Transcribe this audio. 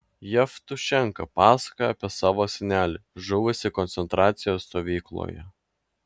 jevtušenka pasakojo apie savo senelį žuvusį koncentracijos stovykloje